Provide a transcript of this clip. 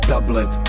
Tablet